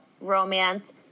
romance